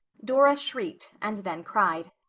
dora shrieked and then cried.